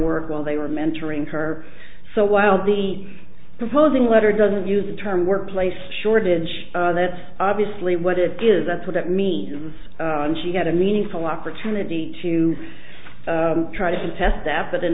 work while they were mentoring her so while the proposing letter doesn't use the term workplace shortage that's obviously what it is that's what it means and she had a meaningful opportunity to try to contest that but in